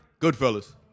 Goodfellas